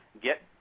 Get